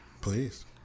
Please